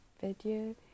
video